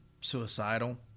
suicidal